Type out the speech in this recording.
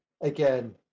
again